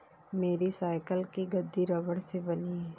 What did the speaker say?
मेरी साइकिल की गद्दी रबड़ से बनी है